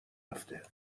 رفته